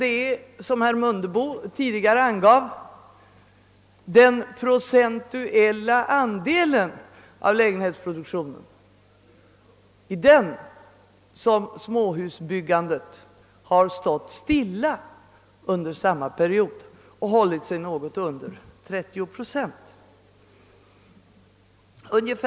Men som herr Mundebo tidigare angav har den procentuella andelen av småhusbyggandet stått stilla under samma period. Den har hållit sig något under 30 procent av lägenhetsproduktionen.